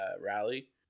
rally